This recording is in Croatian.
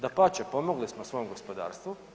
Dapače, pomogli smo svom gospodarstvu.